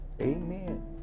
amen